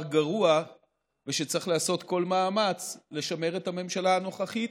גרוע ושצריך לעשות כל מאמץ לשמר את הממשלה הנוכחית.